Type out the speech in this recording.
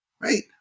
right